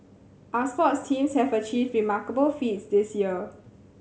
our sports teams have achieved remarkable feats this year